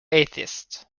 atheist